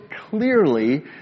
clearly